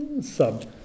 sub